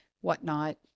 whatnot